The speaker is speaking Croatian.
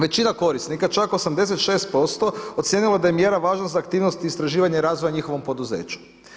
Većina korisnika, čak 86% ocijenilo je da je mjera važna za aktivnost, istraživanje i razvoj u njihovom poduzeću.